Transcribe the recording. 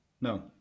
No